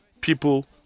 People